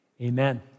Amen